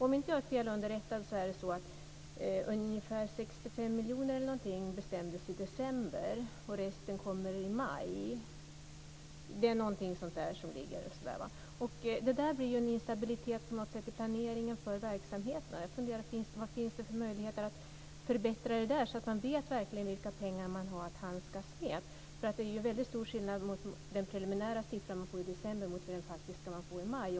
Om inte jag är felunderrättad bestämdes ungefär 65 miljoner i december, resten kommer i maj. Det blir en instabilitet i planeringen för verksamheten. Jag undrar: Vad finns det för möjligheter att förbättra detta, så att man verkligen vet vilka pengar man har att handskas med? Det är mycket stor skillnad mellan den preliminära siffra man får i december och den faktiska man får i maj.